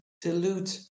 dilute